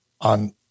on